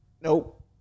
Nope